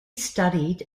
studied